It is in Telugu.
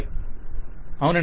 క్లయింట్ అవునండి